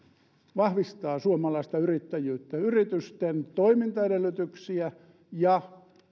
vahvistaa suomalaista yrittäjyyttä yritysten toimintaedellytyksiä ja